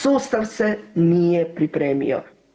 Sustav se nije pripremio.